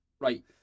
Right